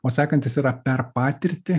o sekantis yra per patirtį